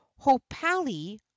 Hopali